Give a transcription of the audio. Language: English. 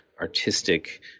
artistic